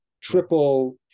triple